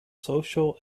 social